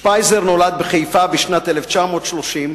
שפייזר נולד בחיפה בשנת 1930,